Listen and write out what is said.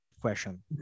question